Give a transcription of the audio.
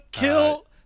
kill